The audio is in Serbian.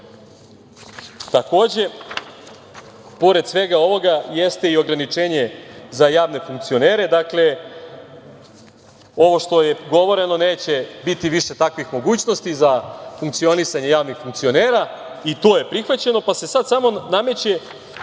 delu. Takođe, pored svega ovoga jeste i ograničenje za javne funkcionere. Dakle, ovo što je govoreno, neće biti više takvih mogućnosti za funkcionisanje javnih funkcionera. To je prihvaćeno, pa se sad samo nameće